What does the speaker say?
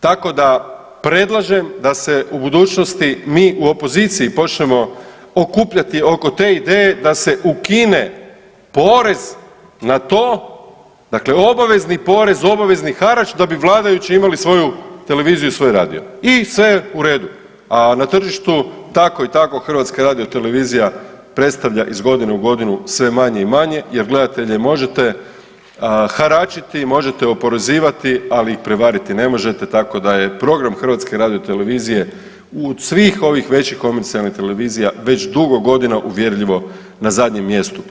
Tako da predlažem da se u budućnosti mi u opoziciji počnemo okupljati oko te ideje da se ukine porez na to dakle obavezni porez, obavezni harač da bi vladajući imali svoju televiziju i svoj radio i sve u redu, a na tržištu tako i tako Hrvatska radiotelevizija predstavlja iz godine u godinu sve manje i manje jer gledatelje možete haračiti, možete oporezivati, ali ih prevariti ne možete tako da je program Hrvatske radiotelevizije od svih ovih većih komercijalnih televizija već dugo godina uvjerljivo na zadnjem mjestu.